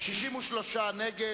סיעת בל"ד,